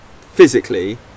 physically